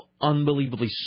unbelievably